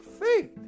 faith